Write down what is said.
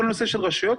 כל הנושא של רשויות,